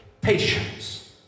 patience